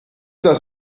das